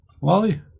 Wally